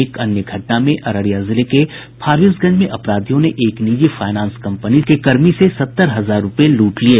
एक अन्य घटना में अररिया जिले के फारबिसगंज में अपराधियों ने एक निजी फायनांस कंपनी के कर्मी से सत्तर हजार रूपये लूट लिये